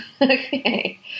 Okay